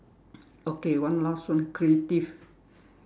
okay one last one creative